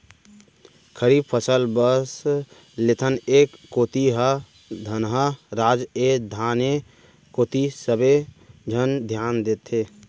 खरीफ फसल बस लेथन, ए कोती ह धनहा राज ए धाने कोती सबे झन धियान देथे